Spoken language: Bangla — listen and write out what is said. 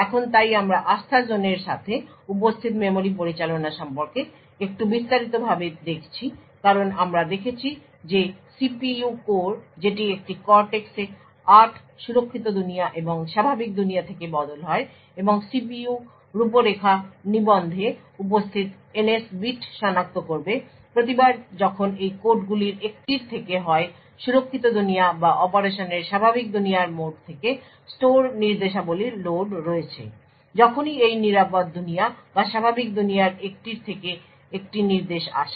এখন তাই আমরা আস্থাজোনের সাথে উপস্থিত মেমরি পরিচালনা সম্পর্কে একটু বিস্তারিতভাবে দেখছি কারণ আমরা দেখেছি যে CPU কোর যেটি একটি কর্টেক্স এ 8 সুরক্ষিত দুনিয়া এবং স্বাভাবিক দুনিয়া থেকে বদল হয় এবং CPU রূপরেখা নিবন্ধে উপস্থিত NS বিট সনাক্ত করবে প্রতিবার যখন এই কোডগুলির একটির থেকে হয় সুরক্ষিত দুনিয়া বা অপারেশনের স্বাভাবিক দুনিয়ার মোড থেকে স্টোর নির্দেশাবলীর লোড রয়েছে। সুতরাং যখনই এই নিরাপদ দুনিয়া বা স্বাভাবিক দুনিয়ার একটির থেকে একটি নির্দেশ আসে